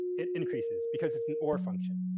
it increases because it's an or function.